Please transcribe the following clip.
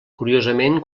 curiosament